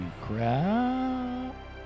crap